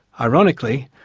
ironically,